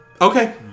Okay